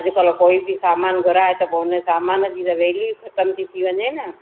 अॼुकल्ह कोई बि सामान घुराए त पोइ उन सामान जी त वैल्यू ई ख़तम थी थी वञे न